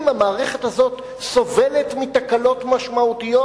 אם המערכת הזאת סובלת מתקלות משמעותיות